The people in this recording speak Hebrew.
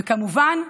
וכמובן,